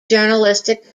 journalistic